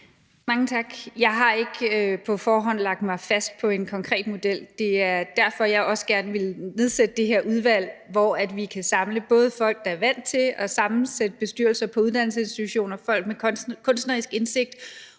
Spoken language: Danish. Mange tak. Jeg har ikke på forhånd lagt mig fast på en konkret model. Det er derfor, at jeg også gerne ville nedsætte det her udvalg, hvor vi kan samle folk, der er vant til at sammensætte bestyrelser på uddannelsesinstitutioner, folk med kunstnerisk indsigt